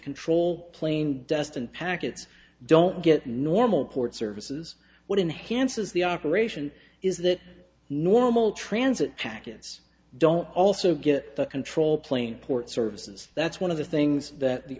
control plane destined packets don't get normal port services what inhance is the operation is that normal transit packets don't also get the control plane port services that's one of the things that the